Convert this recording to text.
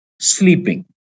sleeping